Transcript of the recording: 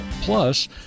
Plus